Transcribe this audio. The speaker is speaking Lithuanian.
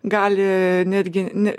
gali netgi ne